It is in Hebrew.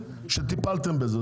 שטיפלתם בזה.